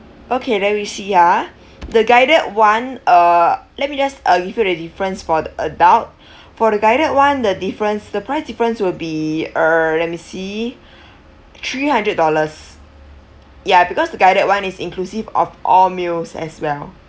okay let me see ah the guided [one] uh let me just uh give you the difference for the adult for the guided [one] the difference the price difference will be uh let me see three hundred dollars ya because the guided [one] is inclusive of all meals as well